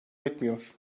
yetmiyor